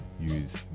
use